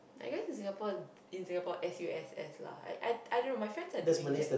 I guess in Singapore in Singapore S_U_S_S lah I don't know my friends are doing that